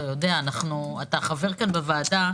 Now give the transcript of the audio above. אתה חבר פה בוועדה,